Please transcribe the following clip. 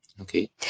Okay